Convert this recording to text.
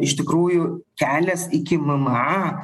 iš tikrųjų kelias iki mma